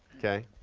okay,